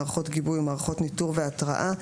מערכות גיבוי ומערכות ניטור והתרעה,